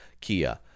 Kia